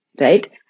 right